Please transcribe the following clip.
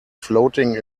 floating